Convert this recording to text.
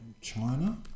China